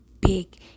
big